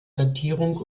datierung